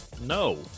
No